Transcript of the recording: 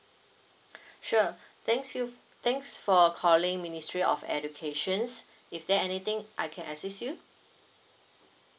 sure thanks you thanks for calling ministry of education is there anything I can assist you